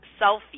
selfie